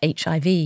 HIV